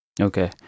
Okay